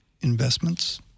investments